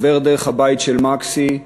עובר דרך הבית של מקסי,